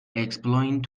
exploit